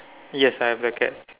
yes I have black cat